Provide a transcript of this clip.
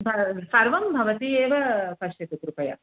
सर्वं भवती एव पश्यतु कृपया